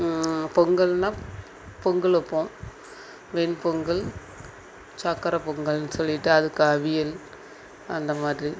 பொங்கல்னா பொங்கல் வைப்போம் வெண்பொங்கல் சர்க்கர பொங்கல் சொல்லிட்டு அதுக்கு அவியல் அந்த மாதிரி